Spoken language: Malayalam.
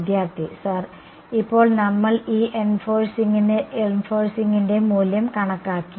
വിദ്യാർത്ഥി സർ ഇപ്പോൾ നമ്മൾ ഈ എൻഫോഴ്സിങ്ങിന്റെ മൂല്യം കണക്കാക്കി